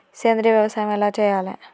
సేంద్రీయ వ్యవసాయం ఎలా చెయ్యాలే?